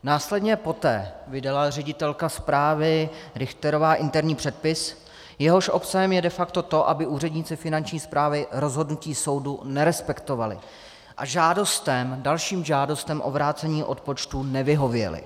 Následně poté vydala ředitelka správy Richterová interní předpis, jehož obsahem je de facto to, aby úředníci Finanční správy rozhodnutí soudu nerespektovali a žádostem, dalším žádostem o vrácení odpočtů nevyhověli.